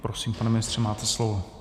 Prosím, pane ministře, máte slovo.